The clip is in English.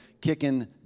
kicking